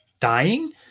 dying